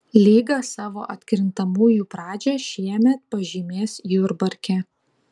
lyga savo atkrintamųjų pradžią šiemet pažymės jurbarke